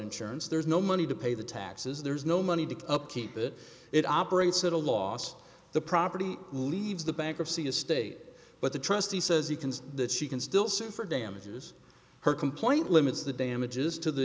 insurance there's no money to pay the taxes there's no money to upkeep it it operates at a loss the property leaves the bankruptcy estate but the trustee says he can see that she can still sue for damages her complaint limits the damages to the